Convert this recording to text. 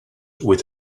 with